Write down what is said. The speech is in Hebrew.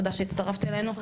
תודה שהצטרפת אלינו,